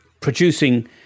producing